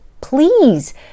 please